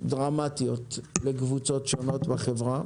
דרמטיות לקבוצות שונות בחברה.